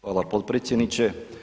Hvala potpredsjedniče.